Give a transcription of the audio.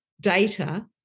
data